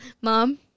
Mom